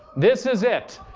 this is it.